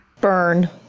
Burn